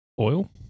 oil